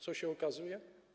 Co się okazuje?